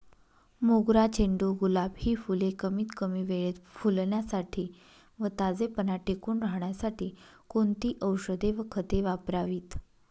मोगरा, झेंडू, गुलाब हि फूले कमीत कमी वेळेत फुलण्यासाठी व ताजेपणा टिकून राहण्यासाठी कोणती औषधे व खते वापरावीत?